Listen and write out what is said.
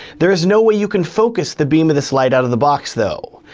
there is no way you can focus the beam of this light out of the box though.